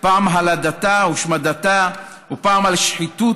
פעם על הדתה ושמדתה ופעם על שחיתות,